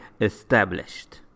established